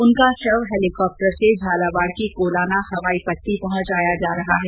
उनका शव हैलिकॉप्टर से झालावाड़ की कोलाना हवाई पट्टी पहुंचाया जा रहा है